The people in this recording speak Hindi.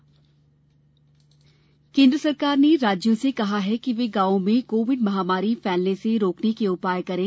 गाँव संक्रमण केन्द्र सरकार ने राज्यों से कहा है कि वे गांवों में कोविड महामारी फैलने से रोकने के उपाय करें